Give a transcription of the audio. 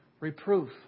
Reproof